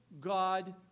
God